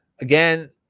Again